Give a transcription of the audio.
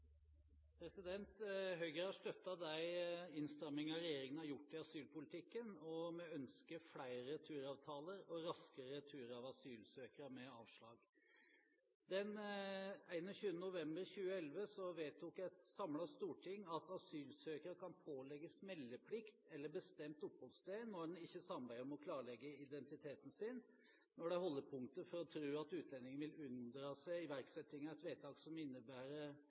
vi ønsker flere returavtaler og raskere retur av asylsøkere med avslag. Den 5. desember 2011 vedtok et samlet storting at asylsøkere kan pålegges meldeplikt eller bestemt oppholdssted når en ikke samarbeider om å klarlegge identiteten sin, når det er holdepunkter for å tro at utlendingen vil unndra seg iverksetting av et vedtak som innebærer